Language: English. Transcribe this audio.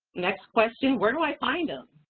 next question, where do i find them?